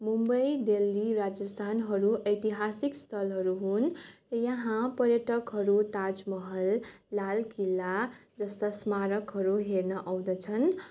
मुम्बई दिल्ली राजस्थानहरू ऐतिहासिक स्थलहरू हुन् यहाँ पर्यटकहरू ताजमहल लालकिला जस्ता स्मारकहरू हेर्न आउँदछन्